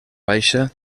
baixa